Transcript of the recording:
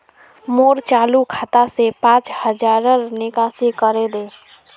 मोर चालु खाता से पांच हज़ारर निकासी करे दे